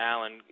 Alan